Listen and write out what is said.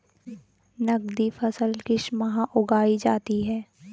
नकदी फसल किस माह उगाई जाती है?